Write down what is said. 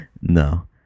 no